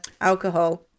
alcohol